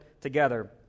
together